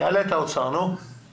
שמקבלים מענקי שחרור בשירות לאומי